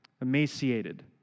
emaciated